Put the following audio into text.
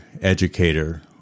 educator